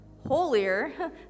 holier